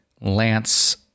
Lance